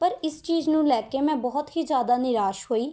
ਪਰ ਇਸ ਚੀਜ਼ ਨੂੰ ਲੈ ਕੇ ਮੈਂ ਬਹੁਤ ਹੀ ਜ਼ਿਆਦਾ ਨਿਰਾਸ਼ ਹੋਈ